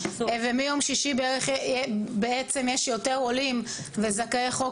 ומיום שישי בעצם יש יותר עולים וזכאי חוק